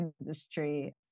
industry